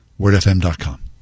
Wordfm.com